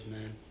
man